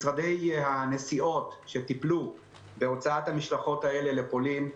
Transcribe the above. משרדי הנסיעות שטיפלו בהוצאת המשלחות האלה לפולין,